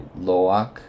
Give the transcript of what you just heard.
Loak